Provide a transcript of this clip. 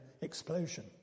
explosion